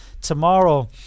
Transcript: tomorrow